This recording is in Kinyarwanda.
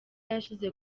yashyize